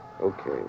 Okay